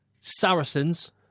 Saracens